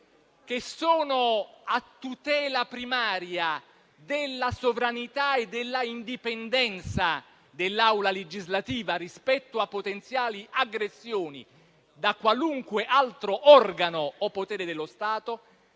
che sono a tutela primaria della sovranità e dell'indipendenza dell'Assemblea legislativa rispetto a potenziali aggressioni da qualunque altro organo o potere dello Stato,